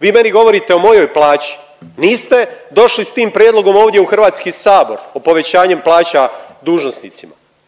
Vi meni govorite o mojoj plaći, niste došli s tim prijedlogom ovdje u HS o povećanju plaća dužnosnicima.